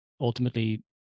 ultimately